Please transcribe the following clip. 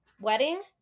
wedding